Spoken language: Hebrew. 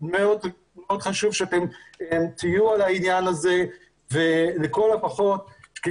מאוד חשוב שאתם תהיו על העניין הזה ולכל הפחות תהיה